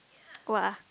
!wah!